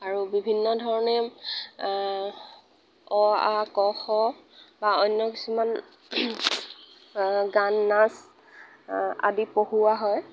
আৰু বিভিন্ন ধৰণে অ আ ক খ বা অন্য কিছুমান গান নাচ আদি পঢ়োৱা হয়